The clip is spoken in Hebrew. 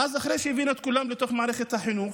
ואז, אחרי שהבאנו את כולם לתוך מערכת החינוך,